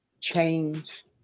change